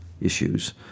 issues